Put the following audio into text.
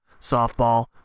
softball